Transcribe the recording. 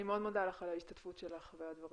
אני מאוד מודה לך על ההשתתפות שלך והדברים.